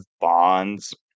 Bonds